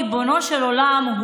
ריבונו של עולם,